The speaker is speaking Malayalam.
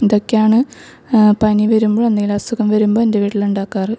ഇതൊക്കെയാണ് പനിവരുമ്പോഴെന്തേലും അസുഖം വരുമ്പോൾ എൻ്റെ വീട്ടിലുണ്ടാക്കാറ്